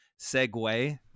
segue